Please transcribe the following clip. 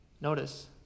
Notice